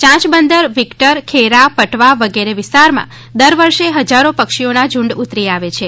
યાંયબંદર વિકટર ખેરા પટવા વિગેરે વિસ્તારમા દર વર્ષે ફજારો પક્ષીઓના ઝુંડ ઉતરી આવે છે